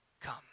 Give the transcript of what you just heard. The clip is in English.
come